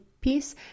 piece